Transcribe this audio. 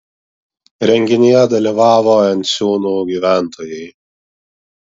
renginyje dalyvavo enciūnų gyventojai